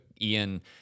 Ian